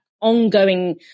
ongoing